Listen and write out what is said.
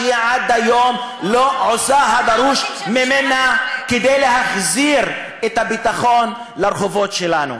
שעד היום לא עושה הדרוש ממנה כדי להחזיר את הביטחון לרחובות שלנו.